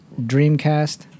Dreamcast